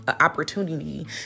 opportunity